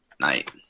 night